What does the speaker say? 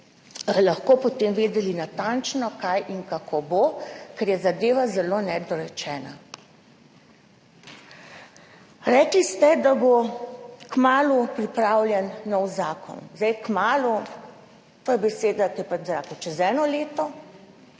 lahko potem vedeli natančno, kaj in kako bo, ker je zadeva zelo nedorečena. Rekli ste, da bo kmalu pripravljen nov zakon. Kmalu – to je beseda, ki je pač v zraku. Čez eno leto,